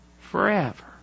forever